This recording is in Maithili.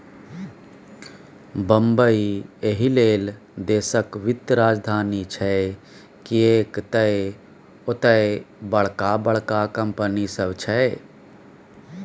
बंबई एहिलेल देशक वित्तीय राजधानी छै किएक तए ओतय बड़का बड़का कंपनी सब छै